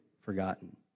forgotten